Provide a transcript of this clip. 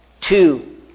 Two